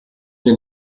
den